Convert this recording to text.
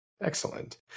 Excellent